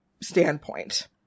standpoint